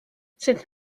cette